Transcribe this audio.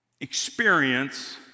experience